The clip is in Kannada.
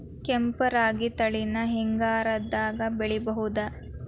ಕೆಂಪ ರಾಗಿ ತಳಿನ ಹಿಂಗಾರದಾಗ ಬೆಳಿಬಹುದ?